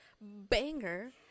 banger